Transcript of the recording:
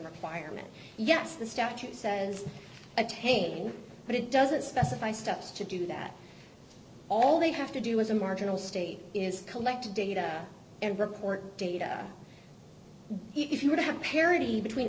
requirement yes the statute says attain but it doesn't specify steps to do that all they have to do as a marginal state is collecting data and record data if you were to have parity between